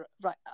right